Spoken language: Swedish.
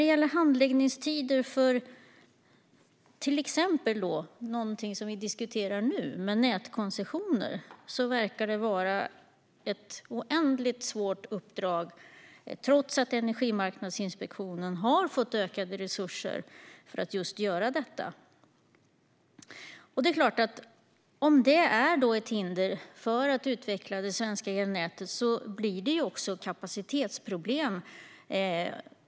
Men kortare handläggningstider för till exempel nätkoncessioner verkar vara ett oändligt svårt uppdrag, trots att Energimarknadsinspektionen har fått ökade resurser för att just göra detta. Om detta är ett hinder för att utveckla det svenska elnätet är det klart att det uppstår kapacitetsproblem.